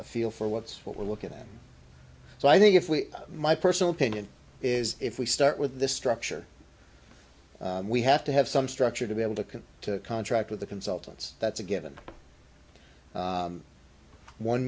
a feel for what's what we're looking at so i think if we my personal opinion is if we start with the structure we have to have some structure to be able to can contract with the consultants that's a given